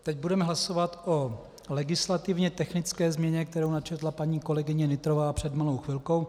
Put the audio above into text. Teď budeme hlasovat o legislativně technické změně, kterou načetla paní kolegyně Nytrová před malou chvilkou.